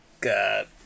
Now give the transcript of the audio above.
God